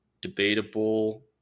debatable